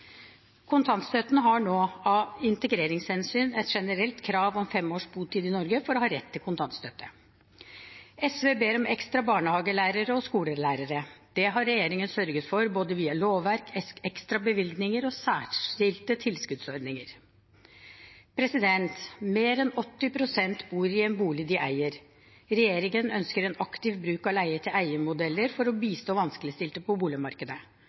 et generelt krav om fem års botid i Norge for å ha rett til kontantstøtte. SV ber om ekstra barnehagelærere og skolelærere. Det har regjeringen sørget for, både via lovverk, ekstra bevilgninger og særskilte tilskuddsordninger. Mer enn 80 pst. bor i en bolig de eier. Regjeringen ønsker en aktiv bruk av leie-til-eie-modeller for å bistå vanskeligstilte på boligmarkedet.